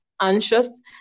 anxious